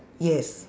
yes